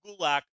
Gulak